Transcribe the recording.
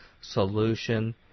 solution